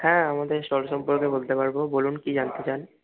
হ্যাঁ আমাদের স্টল সম্পর্কে বলতে পারবো বলুন কী জানতে চান